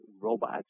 robots